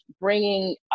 bringing